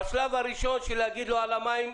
בשלב הראשון בשביל להגיד לו על המים,